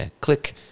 click